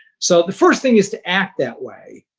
so the first thing is to act that way.